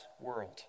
world